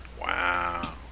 Wow